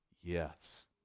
Yes